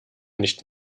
nicht